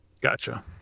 Gotcha